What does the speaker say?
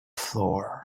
floor